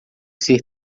ser